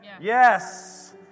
Yes